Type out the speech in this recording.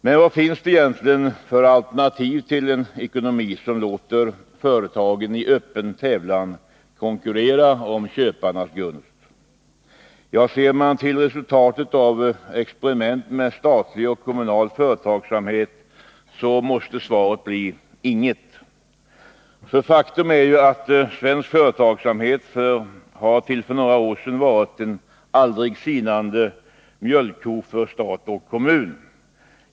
Men vad finns det egentligen för alternativ till en ekonomi som låter företagen i öppen tävlan konkurrera om köparnas gunst? Ja, ser man till resultatet av experiment med statlig och kommunal företagsamhet måste svaret bli: Inget! Faktum är att svensk företagsamhet till för några år sedan var en aldrig sinande mjölkko för stat och kommun.